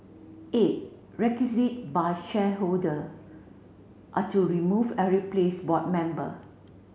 eight by shareholder are to remove and replace board member